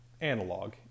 analog